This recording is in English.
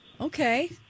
okay